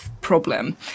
problem